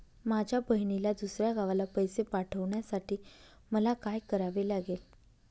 माझ्या बहिणीला दुसऱ्या गावाला पैसे पाठवण्यासाठी मला काय करावे लागेल?